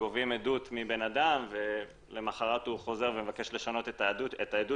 גובים עדות מבן אדם ולמחרת הוא חוזר ומבקש לשנות את העדות